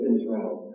Israel